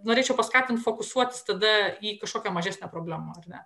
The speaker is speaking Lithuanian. norėčiau paskatint fokusuoti tada į kažkokią mažesnę problemą ar ne